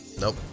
Nope